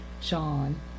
Sean